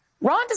Ron